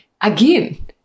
again